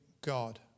God